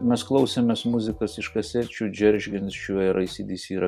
mes klausėmės muzikos iš kasečių džeržgiančių ar ei sy dy sy ar